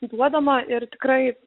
duodama ir tikrai